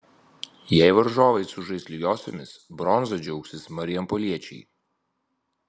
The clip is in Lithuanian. jei varžovai sužais lygiosiomis bronza džiaugsis marijampoliečiai